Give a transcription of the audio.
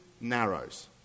narrows